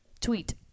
Tweet